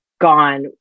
gone